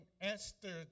Esther